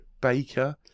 baker